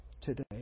today